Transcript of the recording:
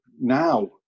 now